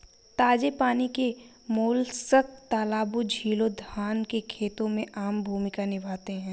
ताजे पानी के मोलस्क तालाबों, झीलों, धान के खेतों में आम भूमिका निभाते हैं